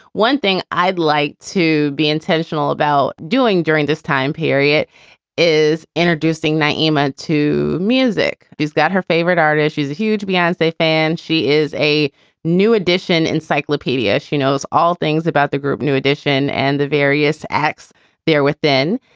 one thing i'd like to be intentional about doing during this time period is introducing nyima to music is that her favorite art is she's a huge beyonce fan. she is a new addition encyclopaedia. she knows all things about the group new edition and the various acts they're within.